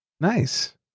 Nice